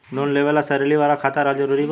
Loan लेवे ला salary वाला खाता रहल जरूरी बा?